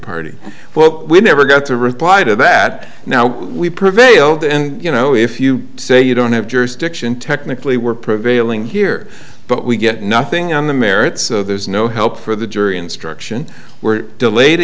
party but we never got to reply to that now we prevailed and you know if you say you don't have jurisdiction technically we're prevailing here but we get nothing on the merits of there's no help for the jury instruction were delayed a